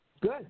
Good